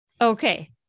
Okay